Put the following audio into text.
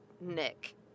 Nick